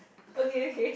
okay okay